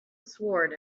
sword